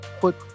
put